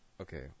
Okay